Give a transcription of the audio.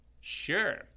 Sure